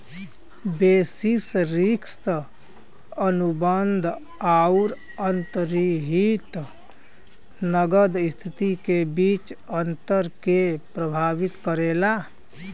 basis risk अनुबंध आउर अंतर्निहित नकद स्थिति के बीच अंतर के प्रभावित करला